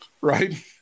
Right